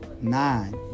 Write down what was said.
Nine